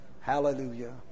Hallelujah